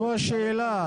זו השאלה.